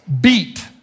beat